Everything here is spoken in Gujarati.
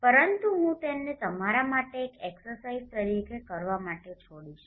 પરંતુ હું તેને તમારા માટે એક એક્સરસાઇજતરીકે કરવા માટે છોડીશ